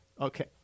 Okay